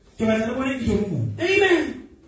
Amen